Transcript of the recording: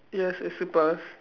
yes is slippers